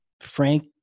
Frank